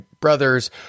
brothers